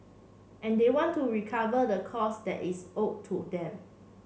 and they want to recover the cost that is owed to them